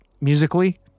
musically